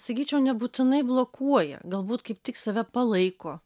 sakyčiau nebūtinai blokuoja galbūt kaip tik save palaiko